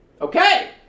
Okay